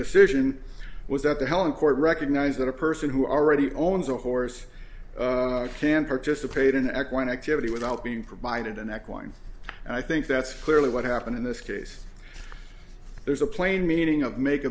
decision was that the helen court recognise that a person who already owns a horse can participate in eck one activity without being provided an act one and i think that's clearly what happened in this case there's a plain meaning of make